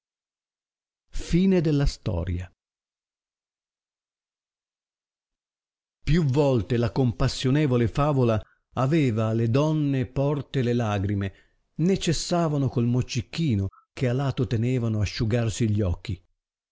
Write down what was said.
fosse più volte la compassionevole favola aveva alle donne porte le lagrime né cessavano col moccichino che a lato tenevano asciugarsi gli occhi